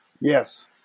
yes